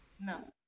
No